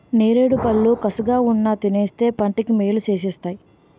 నేరేడుపళ్ళు కసగావున్నా తినేస్తే వంటికి మేలు సేస్తేయ్